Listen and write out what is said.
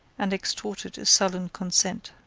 and extorted a sullen consent.